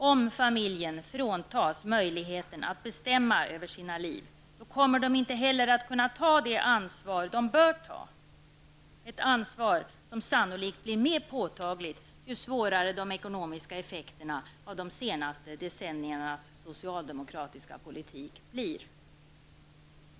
Om familjerna fråntas möjligheterna att bestämma över sina liv kommer de heller inte att kunna ta det ansvar de bör ta, ett ansvar som sannolikt blir mer påtagligt ju svårare de ekonomiska effekterna av de senaste decenniernas socialdemokratiska politik blir.